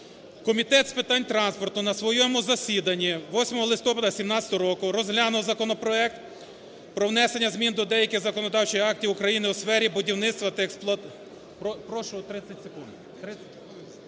Комітет з питань транспорту на своєму засіданні 8 листопада 17 року розглянув законопроект про внесення змін до деяких законодавчих актів України у сфері будівництва та… Прошу 30 секунд,